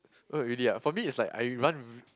oh really ah for me it's like I run